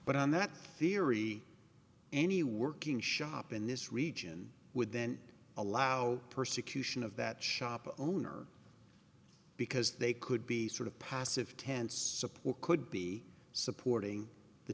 but on that theory any working shop in this region would then allow persecution of that shop owner because they could be sort of passive tense support could be supporting the